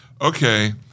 okay